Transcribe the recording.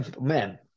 Man